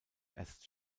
erst